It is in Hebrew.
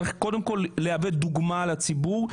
צריך קודם כל להוות דוגמה לציבור.